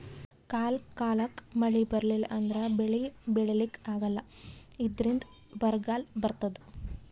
ಕಾಲ್ ಕಾಲಕ್ಕ್ ಮಳಿ ಬರ್ಲಿಲ್ಲ ಅಂದ್ರ ಬೆಳಿ ಬೆಳಿಲಿಕ್ಕ್ ಆಗಲ್ಲ ಇದ್ರಿಂದ್ ಬರ್ಗಾಲ್ ಬರ್ತದ್